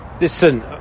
Listen